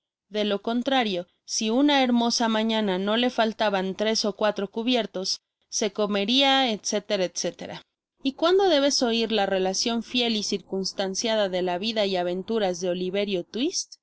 de lo contrario si una hermosa mañana no le faltaban tres ó cuatro cubiertos se comería ete ete y cuando debeis oir la relacion fiel y circunstanciada de la vida y aventuras de oliverio